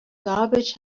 garbage